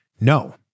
No